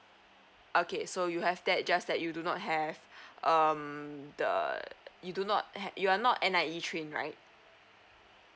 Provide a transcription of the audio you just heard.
okay so you have that just that you do not have um the you do not have you are not N_I_E train right